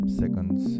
seconds